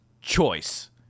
choice